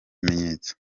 bimenyetso